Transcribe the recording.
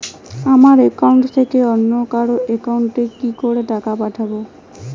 আমার একাউন্ট থেকে অন্য কারো একাউন্ট এ কি করে টাকা পাঠাবো?